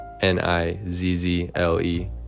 n-i-z-z-l-e